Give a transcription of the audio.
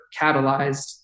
catalyzed